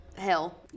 Hell